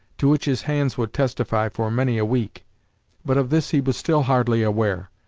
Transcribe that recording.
to which his hands would testify for many a week but of this he was still hardly aware.